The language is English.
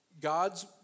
God's